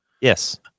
yes